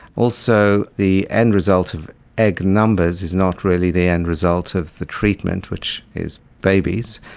also, the end result of egg numbers is not really the end result of the treatment, which is babies,